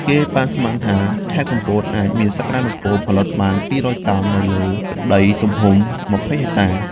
គេប៉ាន់ស្មានថា ខេត្តកំពតអាចមានសក្តានុពលផលិតបាន ២០០ តោន នៅលើដីទំហំ ២០ ហិចតា។